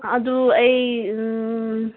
ꯑꯥ ꯑꯗꯨ ꯑꯩ